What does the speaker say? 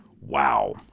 Wow